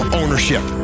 ownership